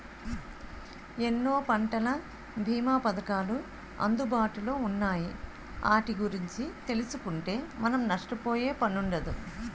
ఎన్నో పంటల బీమా పధకాలు అందుబాటులో ఉన్నాయి ఆటి గురించి తెలుసుకుంటే మనం నష్టపోయే పనుండదు